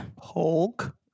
Hulk